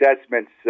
assessments